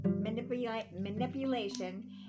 manipulation